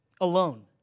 alone